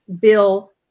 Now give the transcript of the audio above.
Bill